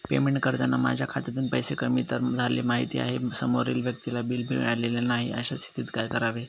Payment करताना माझ्या खात्यातून पैसे कमी तर झाले आहेत मात्र समोरील व्यक्तीला बिल मिळालेले नाही, अशा स्थितीत काय करावे?